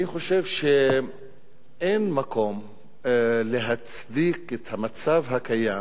אני חושב שאין מקום להצדיק את המצב הקיים